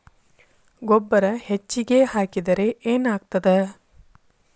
ಗೊಬ್ಬರ ಹೆಚ್ಚಿಗೆ ಹಾಕಿದರೆ ಏನಾಗ್ತದ?